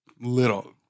Little